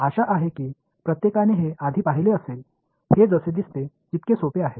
आशा आहे की प्रत्येकाने हे आधी पाहिले असेल हे जसे दिसते तितके सोपे आहे